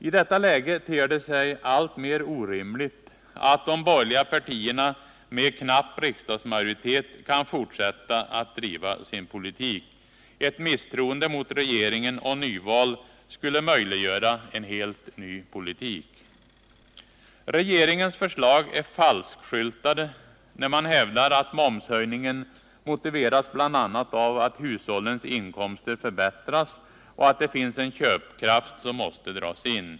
I detta läge ter det sig alltmer orimligt att de borgerliga partierna med knapp riksdagsmajoritet kan fortsätta att driva sin politik. Ett misstroende mot regeringen och nyval skulle möjliggöra en helt ny politik. Regeringens förslag är falskskyltade när man hävdar att momshöjningen motiveras bl.a. av att hushållens inkomster förbättras och att det finns en köpkraft som måste dras in.